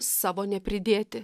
savo nepridėti